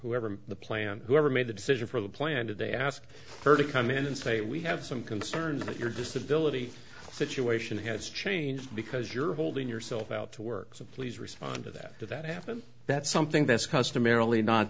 whatever the plan whoever made the decision for the plan did they ask her to come in and say we have some concerns that your disability situation has changed because you're holding yourself out to work so please respond to that to that and that's something that's customarily not